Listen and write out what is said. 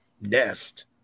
nest